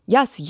Yes